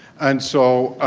and so,